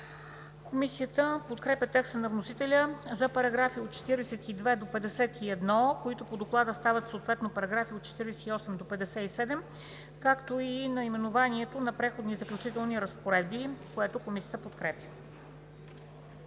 Комисията подкрепя текста на вносителя за параграфи от 42 до 51, които по доклада стават съответно параграфи от 48 до 57, както и наименованието на „Преходни и заключителни разпоредби“, което Комисията подкрепя.